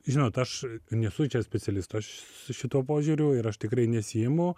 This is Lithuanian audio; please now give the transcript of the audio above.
žinot aš nesu čia specialistas šituo požiūriu ir aš tikrai nesiimu